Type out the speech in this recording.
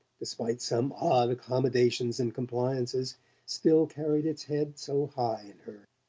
despite some odd accommodations and compliances still carried its head so high in her.